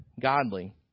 godly